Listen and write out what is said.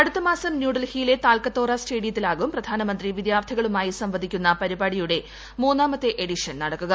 അടുത്ത മാസം ന്യൂഡൽഹിയിലെ തൽക്കത്തോറ സ്ക്കേസിയ്ത്തിലാകും പ്രധാനമന്ത്രി വിദ്യാർത്ഥികളുമായി സംവദിക്കു്നു പരിപാടിയുടെ മൂന്നാമത് എഡിഷൻ നടക്കുക